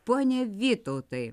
pone vytautai